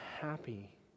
happy